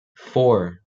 four